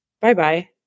Bye-bye